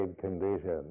conditions